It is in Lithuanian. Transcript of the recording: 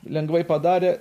lengvai padarė